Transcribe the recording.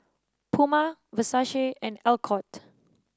Puma Versace and Alcott